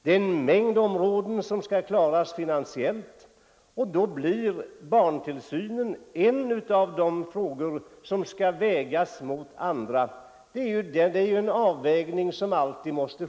En mängd områden skall klaras finansiellt, och då blir barntillsynen en av de frågor som skall vägas mot andra. En sådan avvägning måste ju alltid ske.